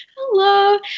Hello